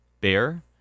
Bear